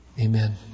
Amen